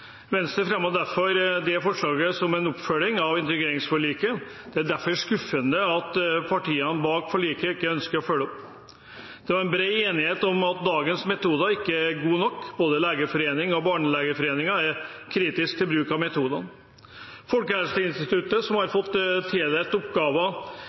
Venstre fremmet derfor det forslaget som en oppfølging av integreringsforliket, og det er derfor skuffende at partiene bak forliket ikke ønsker å følge opp. Det var bred enighet om at dagens metode ikke er god nok. Både Legeforeningen og Norsk barnelegeforening er kritiske til bruken av metodene. Folkehelseinstituttet, som har